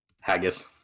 Haggis